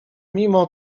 mimo